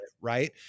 Right